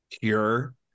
pure